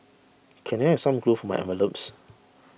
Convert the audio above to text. can I have some glue for my envelopes